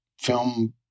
film